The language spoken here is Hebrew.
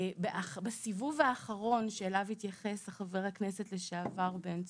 בסיבוב האחרון שאליו התייחס חבר הכנסת לשעבר בן צור,